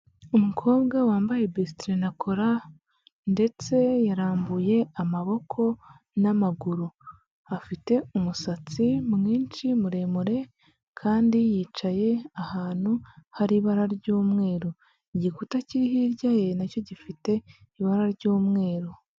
Umukobwa wambaye bisitiri na kola ndetse yarambuye amaboko n'amaguru, afite umusatsi mwinshi muremure kandi yicaye ahantu hari ibara ry'umweru, igikuta kiri hirya ye nacyo gifite ibara ry'umweru.